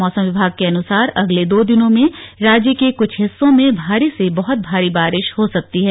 मौसम विभाग के अनुसार अगले दो दिनों में राज्य के कुछ हिस्सों में भारी से बहुत भारी बारिश हो सकती है